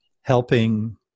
helping